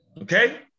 Okay